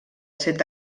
set